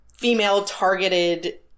female-targeted